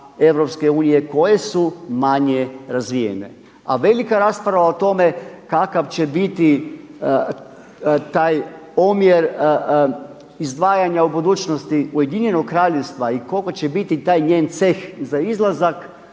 koje su manje razvijene. A velika rasprava o tome kakav će biti taj omjer izdvajanja u budućnosti Ujedinjenog kraljevstva i koliko će biti taj njen ceh za izlazak